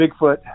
Bigfoot